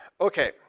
Okay